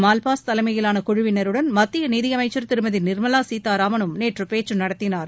Malpass தலைமையிலான குழுவினருடன் மத்திய நிதியமைச்சர் திருமதி நிர்மலா சீத்தாராமனும் நேற்று பேச்சு நடத்தினார்